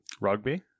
Rugby